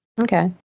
Okay